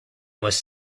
was